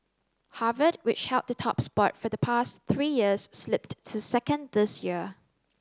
Harvard which held the top spot for the past three years slipped to second this year